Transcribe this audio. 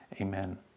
Amen